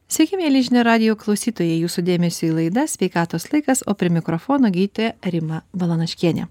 sveiki mieli žinių radijo klausytojai jūsų dėmesiui laida sveikatos laikas o prie mikrofono gydytoja rima balanaškienė